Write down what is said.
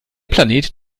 planet